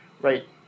right